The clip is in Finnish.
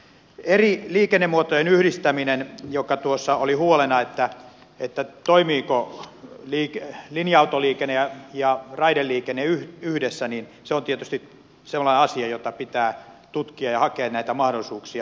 eri liikennemuotojen yhdistäminen joka tuossa oli huolena että toimiiko linja autoliikenne ja raideliikenne yhdessä on tietysti sellainen asia jota pitää tutkia ja hakea näitä mahdollisuuksia